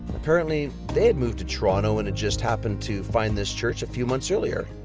apparently, they had moved to toronto and just happened to find this church a few months earlier.